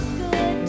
good